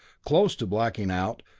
close to blacking out,